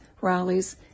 rallies